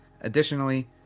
Additionally